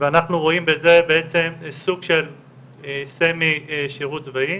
ואנחנו רואים בזה בעצם סוג של סמי-שירות צבאי,